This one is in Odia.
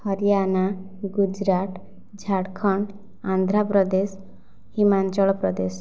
ହରିଆନା ଗୁଜୁରାଟ ଝାରଖଣ୍ଡ ଆନ୍ଧ୍ରପ୍ରଦେଶ ହିମାଞ୍ଚଳ ପ୍ରଦେଶ